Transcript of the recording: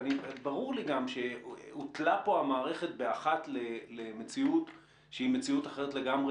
ברור לי גם שהוטלה פה המערכת באחת למציאות שהיא מציאות אחרת לגמרי.